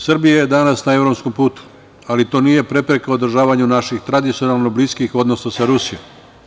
Srbija je danas na evropskom putu, ali to nije prepreka održavanju naših tradicionalno bliskih odnosa sa Rusima.